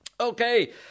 Okay